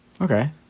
okay